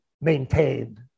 maintained